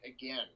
again